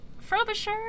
Frobisher